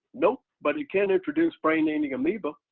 nope, but you can introduce brain-eating amoeba.